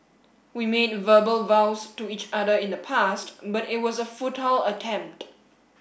we made verbal vows to each other in the past but it was a futile attempt